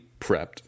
prepped